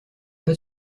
pas